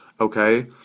okay